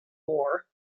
war